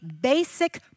basic